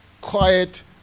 quiet